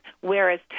whereas